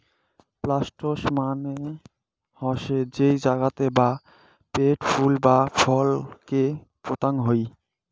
planters মানে হসে যেই জাগাতে বা পোটে ফুল বা ফল কে পোতাং হই